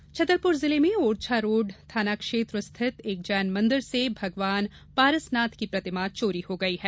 प्रतिमा चोरी छतरपुर जिले में ओरछा रोड थाना क्षेत्र स्थित एक जैन मंदिर से भगवान पारसनाथ की प्रतिमा चोरी हो गयी है